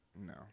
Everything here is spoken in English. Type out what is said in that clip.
No